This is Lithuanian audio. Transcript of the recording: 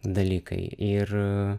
dalykai ir